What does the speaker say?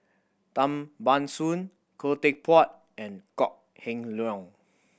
Tan Ban Soon Khoo Teck Puat and Kok Heng Leun